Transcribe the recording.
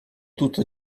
tutto